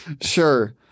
sure